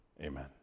Amen